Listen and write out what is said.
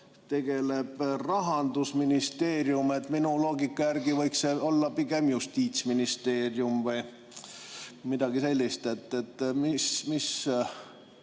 tegeleb Rahandusministeerium? Minu loogika järgi võiks see olla pigem Justiitsministeerium või midagi sellist. Miks